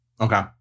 okay